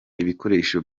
ibikoresho